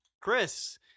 Chris